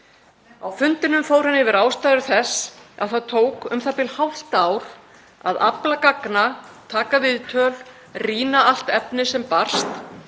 Á fundinum fór hann yfir ástæður þess að það tók u.þ.b. hálft ár að afla gagna, taka viðtöl, rýna allt efni sem barst,